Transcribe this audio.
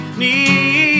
need